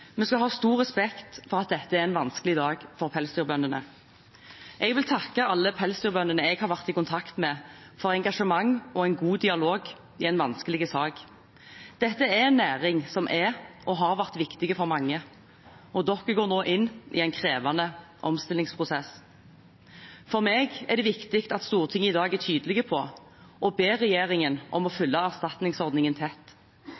men det er viktig å understreke at dette er en overslagsbevilgning. Vi skal ha stor respekt for at dette er en vanskelig dag for pelsdyrbøndene. Jeg vil takke alle pelsdyrbøndene jeg har vært i kontakt med, for engasjement og god dialog i en vanskelig sak. Dette er en næring som er – og har vært – viktig for mange, og de går nå inn i en krevende omstillingsprosess. For meg er det viktig at Stortinget i dag er tydelig på å be regjeringen om å